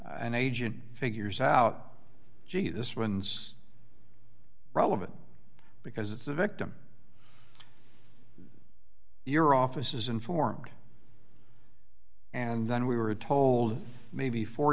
an agent figures out gee this one's relevant because it's a victim your office is informed and then we were told maybe four